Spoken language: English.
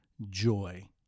joy